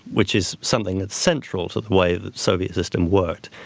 which is something that's central to the way the soviet system worked